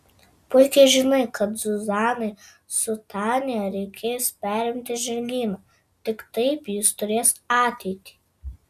puikiai žinai kad zuzanai su tania reikės perimti žirgyną tik taip jis turės ateitį